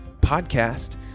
podcast